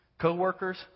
Co-workers